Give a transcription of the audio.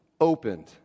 opened